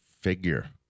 figure